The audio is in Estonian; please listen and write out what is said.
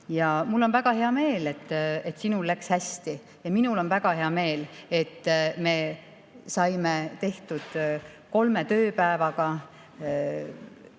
mul on väga hea meel, et sinul läks hästi. Aga mul on ka väga hea meel, et me saime tehtud kolme tööpäevaga